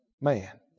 man